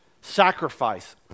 sacrifice